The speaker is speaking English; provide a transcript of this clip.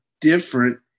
different